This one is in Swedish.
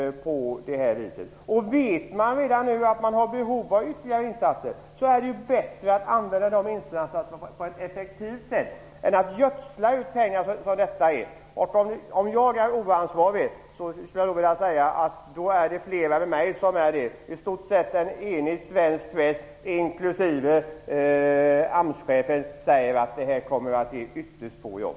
Om man redan nu vet att man har behov av ytterligare insatser är det ju bättre att använda dessa pengar på ett effektivt sätt och inte gödsla ut dem. Om jag är oansvarig finns det flera som är det. En i stort sett enig svensk press och AMS-chefen säger att detta kommer att ge ytterst få jobb.